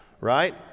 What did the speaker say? Right